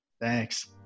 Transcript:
Thanks